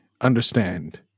understand